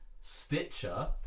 Stitcher